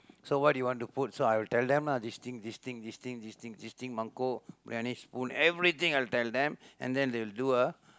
so what you want to put so I will tell them lah this thing this thing this thing this thing Mangkok Briyani spoon everything I will tell them and then they will do a